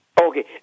Okay